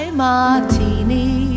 martini